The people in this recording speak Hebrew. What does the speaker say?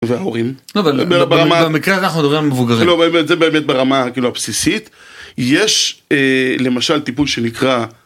והורים? - במקרה אנחנו מדברים על מבוגרים. - לא, באמת, זה, באמת, ברמה... כאילו, הבסיסית. יש אה... למשל טיפול שנקרא...